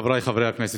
חבריי חברי הכנסת,